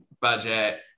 budget